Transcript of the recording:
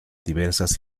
diversas